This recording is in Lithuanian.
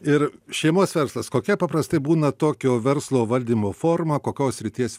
ir šeimos verslas kokia paprastai būna tokio verslo valdymo forma kokios srities